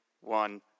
one